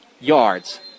yards